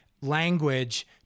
language